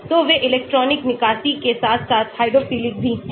तो वे इलेक्ट्रॉनिक निकासी के साथ साथ हाइड्रोफिलिक भी हैं